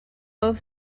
both